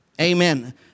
Amen